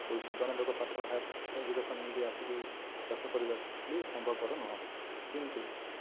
ତ ଜଣେ ଲୋକ ପାଠ ହାଇଏଷ୍ଟ ଏଜୁକେସନ ନେଇକି ଆସିକି ଚାଷ କରିବା ବି ସମ୍ଭବ କର ନୁହଁ କିନ୍ତୁ